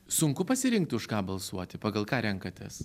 sunku pasirinkt už ką balsuoti pagal ką renkatės